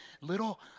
little